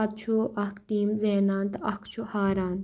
پَتہٕ چھُ اکھ ٹیٖم زینان تہٕ اکھ چھُ ہاران